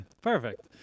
Perfect